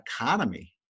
economy